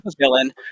villain